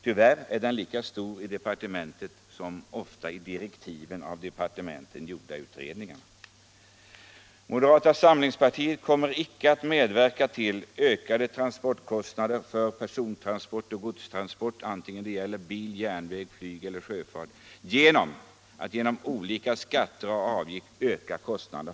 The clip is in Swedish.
Tyvärr är denna enögdhet lika stor i departementet som i direktiven till av departementet tillsatta utredningar. Moderata samlingspartiet kommer icke att medverka till att öka transportkostnaderna för person eller godstransporter genom olika skatter och avgifter, vare sig det gäller transporter med bil, järnväg.